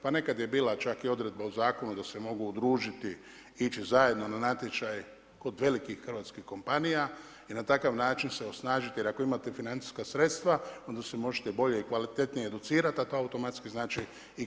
Pa nekad je bila čak i odredba o zakonu da se mogu udružiti, ići zajedno na natječaj kod velikih hrvatskih kompanija i na takav način se osnažiti jer ako imate financijska sredstva onda se možete bolje i kvalitetnije educirati a ta automatski znači i kvalitetnije raditi.